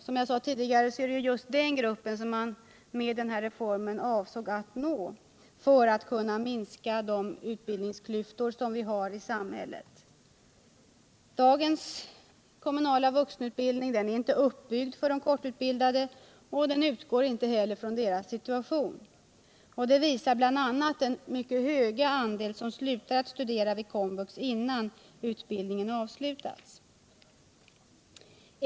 Som jag sade tidigare är det just den gruppen som man med denna reform avsåg att nå för att kunna minska de utbildningsklyftor som vi har i samhället. Dagens kommunala vuxenutbildning är inte uppbyggd för de kortutbildade. Den utgår inte heller från deras situation. Det visar bl.a. den mycket höga andel som slutar studera vid Komvux innan utbildningen avslutats.